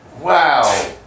Wow